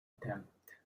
attempt